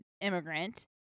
immigrant